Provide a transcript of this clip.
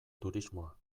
turismoa